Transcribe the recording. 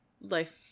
life